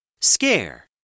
Scare